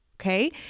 Okay